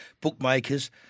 Bookmakers